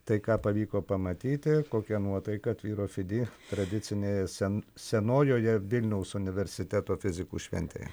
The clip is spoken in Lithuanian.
tai ką pavyko pamatyti kokia nuotaika tvyro fidi tradicinėje sen senojoje vilniaus universiteto fizikų šventėje